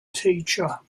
teacher